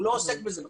הוא לא עוסק בזה בכלל.